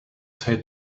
say